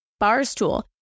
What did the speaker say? Barstool